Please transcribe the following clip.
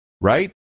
right